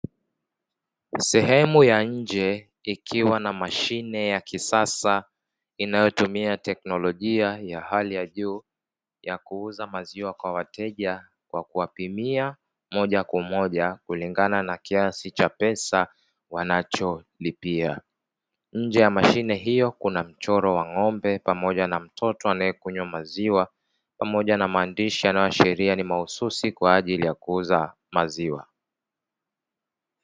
Sehemu ya nje ikiwa na mashine ya kisasa inayotumia teknolojia ya hali ya juu ya kuuza maziwa kwa wateja kwa kuwapimia moja kwa moja kulingana na kiasi cha pesa wanacholipia. Nje ya mashine hiyo kuna mchoro wa ng'ombe pamoja na mtoto anayekunywa maziwa pamoja na maandishi yanayoashiria ni mahususi kwa ajili ya kuuza maziwa.